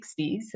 1960s